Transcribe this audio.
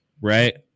right